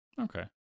okay